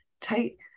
Take